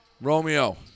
Romeo